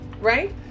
Right